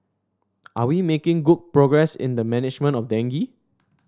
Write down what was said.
are we making good progress in the management of dengue